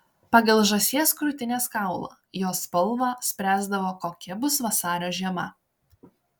pagal žąsies krūtinės kaulą jo spalvą spręsdavo kokia bus vasario žiema